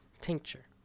Tincture